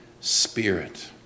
Spirit